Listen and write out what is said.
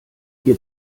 wir